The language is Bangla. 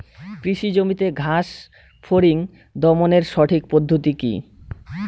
কৃষি জমিতে ঘাস ফরিঙ দমনের সঠিক পদ্ধতি কি?